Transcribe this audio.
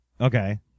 Okay